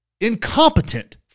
incompetent